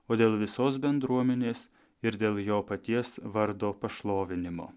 o dėl visos bendruomenės ir dėl jo paties vardo pašlovinimo